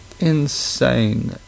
insane